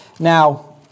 Now